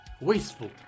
Wasteful